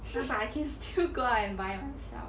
but I still can go out and buy myself